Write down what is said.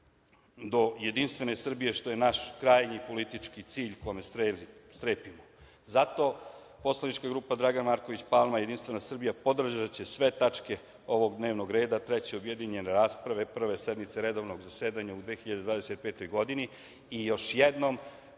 do jedinstvene Srbije, što je naš krajnji politički cilj kome strepimo. Zato poslanička grupa Dragan Marković Palma – JS, podržaće sve tačke ovog dnevnog reda, Treće objedinjene rasprave, Prve sednice redovnog zasedanja u 2025. godini i još jednom